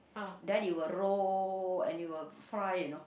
then it will roll and you will fry you know